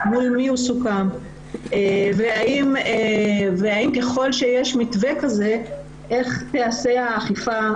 מול מי הוא סוכם והאם ככל שיש מתווה כזה איך תיעשה האכיפה,